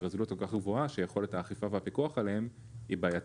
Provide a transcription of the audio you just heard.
שהרזולוציה כזו גבוהה שיכולת האכיפה והפיקוח עליהם היא בעייתית.